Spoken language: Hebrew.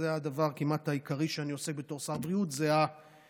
הדבר הכמעט-עיקרי שאני עושה בתור שר בריאות זה הדאגה